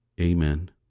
Amen